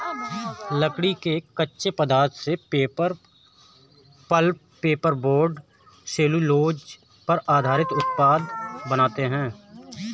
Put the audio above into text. लकड़ी के कच्चे पदार्थ से paper, pulp, paper board, cellulose पर आधारित उत्पाद बनाते हैं